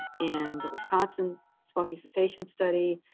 in the wisconsin smoking cessation study,